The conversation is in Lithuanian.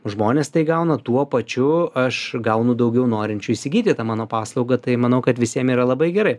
žmonės tai gauna tuo pačiu aš gaunu daugiau norinčių įsigyti tą mano paslaugą tai manau kad visiem yra labai gerai